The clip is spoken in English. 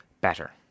better